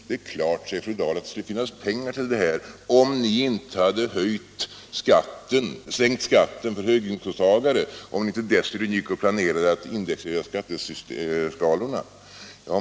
Det är klart, säger fru Dahl, att det skulle kunna finnas pengar till det här, om ni inte hade sänkt skatten för höginkomsttagare och om ni inte dessutom gick och planerade att indexreglera skatteskalorna.